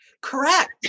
Correct